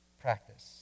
practice